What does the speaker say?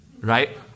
right